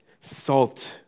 salt